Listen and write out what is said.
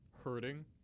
hurting